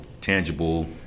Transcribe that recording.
tangible